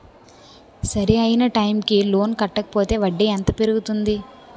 సరి అయినా టైం కి లోన్ కట్టకపోతే వడ్డీ ఎంత పెరుగుతుంది?